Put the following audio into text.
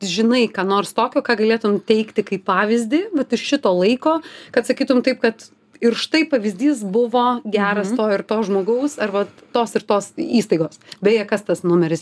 žinai ką nors tokio ką galėtum teikti kaip pavyzdį vat iš šito laiko kad sakytum taip kad ir štai pavyzdys buvo geras to ir to žmogaus ar vat tos ir tos įstaigos beje kas tas numeris